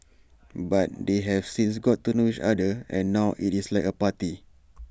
but they have since got to know each other and now IT is like A party